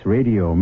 Radio